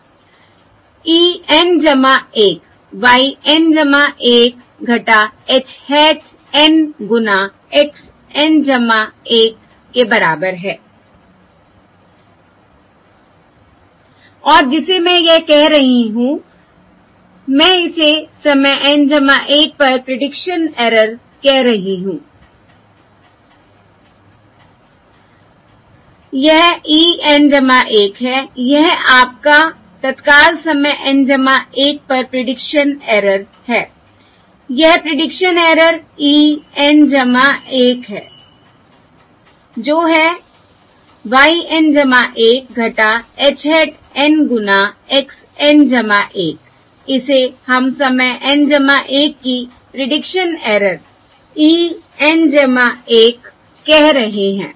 e N 1 y N 1 h hat N गुना x N 1 के बराबर है और जिसे मैं यह कह रही हूं मैं इसे समय N 1 पर प्रीडिक्शन एरर कह रही हूं यह e N 1 है यह आपका तत्काल समय N 1 पर प्रीडिक्शन एरर है यह प्रीडिक्शन एरर e N 1 है जो है y N 1 h hat N गुना x N 1 इसे हम समय N 1 की प्रीडिक्शन एरर e N 1 कह रहे हैं